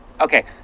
okay